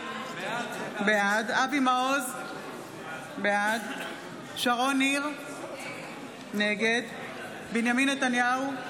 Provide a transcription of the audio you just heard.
בעד אבי מעוז, בעד שרון ניר, נגד בנימין נתניהו,